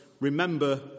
remember